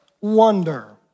wonder